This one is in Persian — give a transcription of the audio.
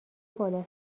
بالا